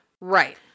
Right